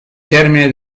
termine